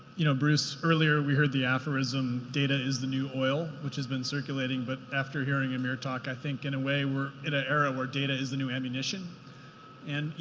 you know, bruce, earlier we heard the aphorism data is the new oil, which has been circulating. but after hearing amir talk, i think in a way, we're in a era where data is the new ammunition and, you